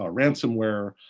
ah ransomware,